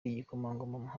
igikomangoma